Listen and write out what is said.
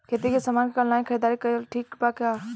खेती के समान के ऑनलाइन खरीदारी कइल ठीक बा का?